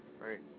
Right